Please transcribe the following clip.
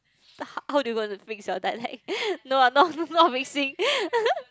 h~ how do you gonna mix your dialect no I'm not not mixing